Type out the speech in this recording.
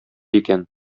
икән